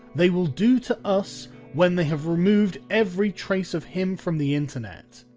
they will do to us when they have removed every trace of him from the internet.